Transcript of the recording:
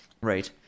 right